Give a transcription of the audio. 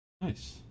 Nice